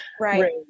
right